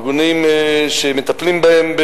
ארגונים שמטפלים בהם,